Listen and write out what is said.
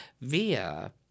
via